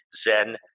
zen